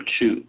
two